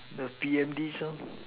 the PM this